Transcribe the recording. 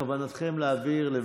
שהיא חתול בשק.